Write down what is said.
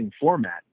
format